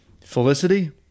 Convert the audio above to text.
Felicity